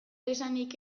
esanik